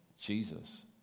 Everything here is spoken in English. Jesus